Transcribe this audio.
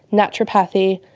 naturopathy,